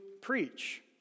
preach